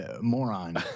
moron